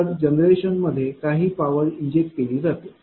तर जनरेशन मध्ये काही पॉवर इंजेक्ट केली जाते